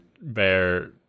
bear